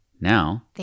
Now